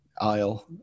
aisle